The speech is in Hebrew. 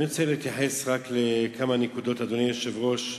אני רוצה להתייחס לכמה נקודות, אדוני היושב-ראש.